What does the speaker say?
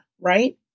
right